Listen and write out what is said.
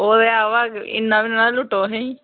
ओह् ते ऐ पर इन्ना बी नना लूट्टो असेंगी